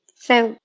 so,